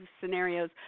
scenarios